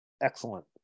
excellent